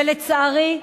ולצערי,